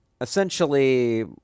essentially